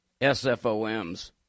SFOMs